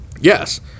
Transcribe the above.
Yes